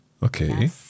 Okay